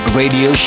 radio